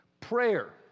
Prayer